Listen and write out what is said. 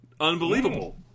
Unbelievable